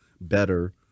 better